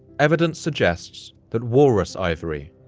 evidence suggests that walrus ivory,